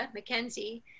McKenzie